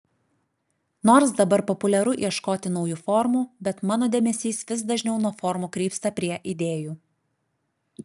nors dabar populiaru ieškoti naujų formų bet mano dėmesys vis dažniau nuo formų krypsta prie idėjų